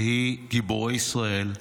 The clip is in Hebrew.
גיבורי ישראל,